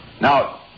Now